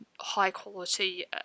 high-quality